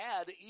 add